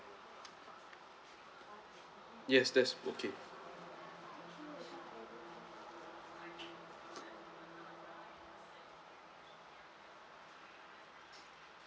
yes that's okay